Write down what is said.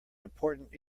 important